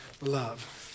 love